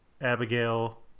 abigail